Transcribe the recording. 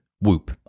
Whoop